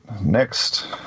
next